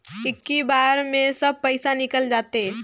इक्की बार मे सब पइसा निकल जाते?